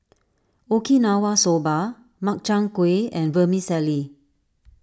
Okinawa Soba Makchang Gui and Vermicelli